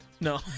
No